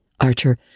Archer